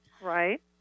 Right